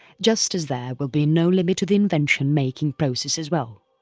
just as there will be no limit to the invention making process as well.